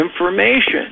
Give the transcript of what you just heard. information